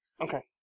Okay